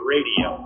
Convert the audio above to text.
Radio